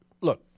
look